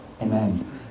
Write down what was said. Amen